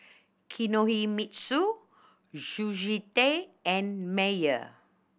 Kinohimitsu Sushi Tei and Mayer